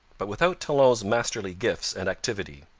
but without talon's masterly gifts and activity.